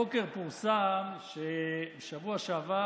הבוקר פורסם שבשבוע שעבר